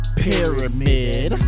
pyramid